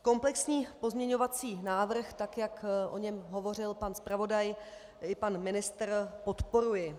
Komplexní pozměňovací návrh, jak o něm hovořil pan zpravodaj i pan ministr, podporuji.